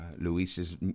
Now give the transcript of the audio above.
Luis's